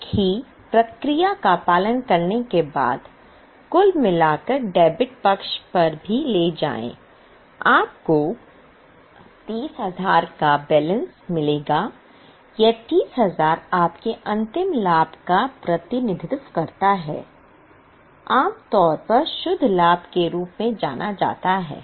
एक ही प्रक्रिया का पालन करने के बाद कुल मिलाकर डेबिट पक्ष पर भी ले जाएं आपको 30000 का बैलेंस मिलेगा यह 30000 आपके अंतिम लाभ का प्रतिनिधित्व करता है आम तौर पर शुद्ध लाभ के रूप में जाना जाता है